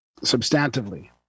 Substantively